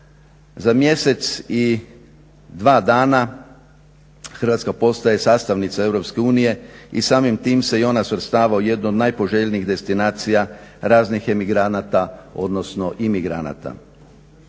Za mjesec i dva dana Hrvatska postaje sastavnica EU i samim tim se i ona svrstava u jednu od najpoželjnijih destinacija raznih emigranata, odnosno imigranta.